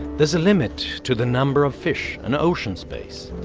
there's a limit to the number of fish and ocean space.